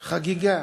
חגיגה.